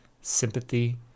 sympathy